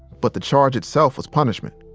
but the charge itself was punishment.